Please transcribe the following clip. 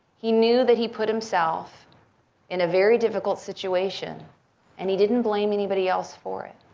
he knew that he put himself in a very difficult situation and he didn't blame anybody else for it.